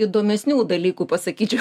įdomesnių dalykų pasakyčiau